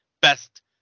best